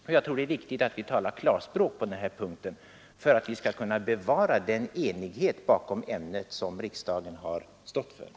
Och jag tror att det är viktigt att vi talar klarspråk på den här punkten för att vi skall kunna bevara den enighet bakom ämnet som riksdagen har kunnat samla sig om.